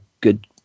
good